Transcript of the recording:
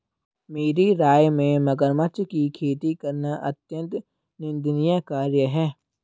मेरी राय में मगरमच्छ की खेती करना अत्यंत निंदनीय कार्य है